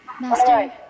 Master